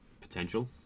potential